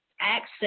access